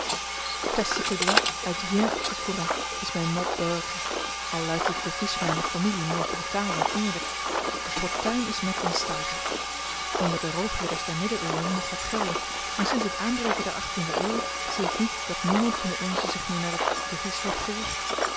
is mijn mot d'ordre al luid het devies mijner familie meer brutaal dan eerlijk de fortuin is met den stoute onder de roofridders der middeleeuwen mocht dat gelden maar sinds het aanbreken der de eeuw zie ik niet dat niemand van de onzen zich meer naar dat devies heeft gericht